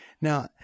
Now